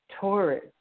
Taurus